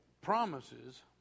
promises